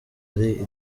ari